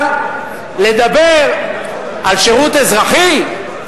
אבל לדבר על שירות אזרחי?